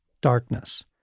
darkness